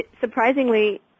surprisingly